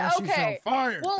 okay